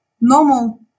normal